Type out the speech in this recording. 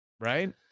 right